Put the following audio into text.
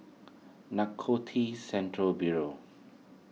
Narcotics Centre Bureau